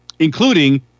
including